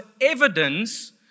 evidence